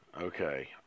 Okay